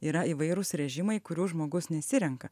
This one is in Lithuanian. yra įvairūs rėžimai kurių žmogus nesirenka